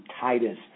Titus